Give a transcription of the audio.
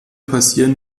passieren